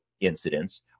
incidents